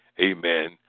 amen